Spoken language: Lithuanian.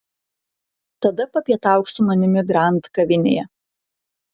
tada papietauk su manimi grand kavinėje